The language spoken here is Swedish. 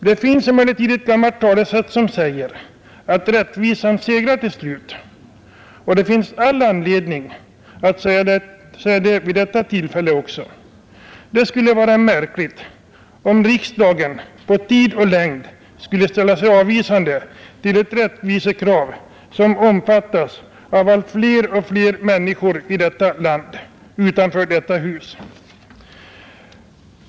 Det finns ett gammalt talesätt som säger att rättvisan segrar till slut, och det finns all anledning att säga det vid detta tillfälle också. Det skulle vara märkligt om riksdagen på tid och längd skulle ställa sig avvisande till ett rättvisekrav som omfattas av allt fler och fler människor i vårt land utanför detta hus.